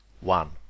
One